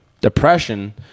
Depression